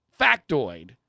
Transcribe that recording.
factoid